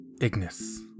Ignis